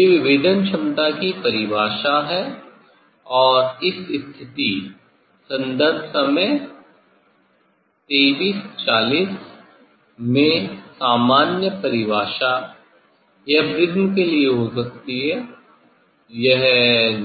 ये विभेदन क्षमता की परिभाषा है और इस स्थिति संदर्भ समय 2340 में सामान्य परिभाषा यह प्रिज्म के लिए हो सकती है यह